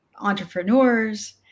entrepreneurs